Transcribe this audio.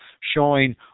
showing